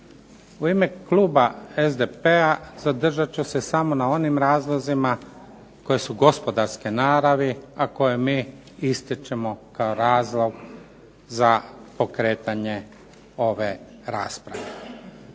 U ime kluba SDP-a zadržat ću se samo na onim razlozima koje su gospodarske naravi, a koje mi ističemo kao razlog za pokretanje ove rasprave.